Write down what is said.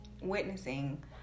witnessing